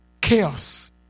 chaos